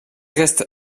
reste